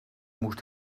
moest